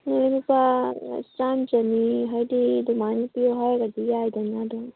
ꯑꯗꯣ ꯂꯨꯄꯥ ꯆꯥꯝ ꯆꯅꯤ ꯍꯥꯏꯗꯤ ꯑꯗꯨꯃꯥꯏꯅ ꯄꯤꯔꯛꯑꯣ ꯍꯥꯏꯔꯒꯗꯤ ꯌꯥꯏꯗꯅ ꯑꯗꯨꯝ